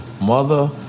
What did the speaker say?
mother